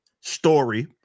story